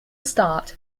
start